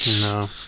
No